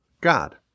God